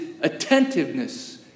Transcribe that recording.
attentiveness